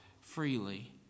freely